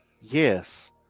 yes